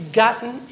gotten